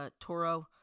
Toro